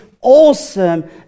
awesome